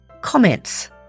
comments